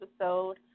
episode